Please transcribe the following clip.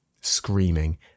screaming